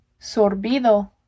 Sorbido